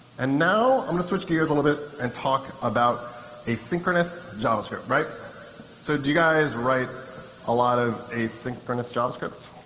and now, i'm going to switch gears a little bit, and talk about asynchronous javascript. so do you guys write a lot of asynchronous javascript.